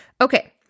Okay